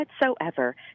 whatsoever